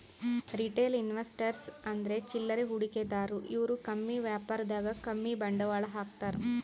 retail investors ಅಂದ್ರ ಚಿಲ್ಲರೆ ಹೂಡಿಕೆದಾರು ಇವ್ರು ಕಮ್ಮಿ ವ್ಯಾಪಾರದಾಗ್ ಕಮ್ಮಿ ಬಂಡವಾಳ್ ಹಾಕ್ತಾರ್